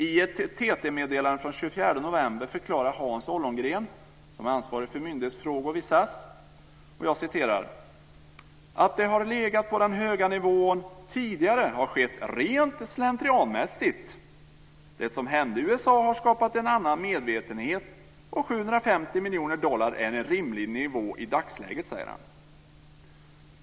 I ett TT-meddelande från 24 november förklarar Hans Ollongren, som är ansvarig för myndighetsfrågor vid SAS, det så här: Att det har legat på den höga nivån tidigare har skett rent slentrianmässigt. Det som hände i USA har skapat en annan medvetenhet, och 750 miljoner dollar är en rimlig nivå i dagsläget.